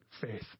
faith